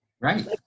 right